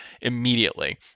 immediately